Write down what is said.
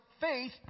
faith